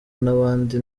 n’abandi